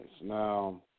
Now